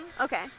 okay